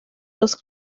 dos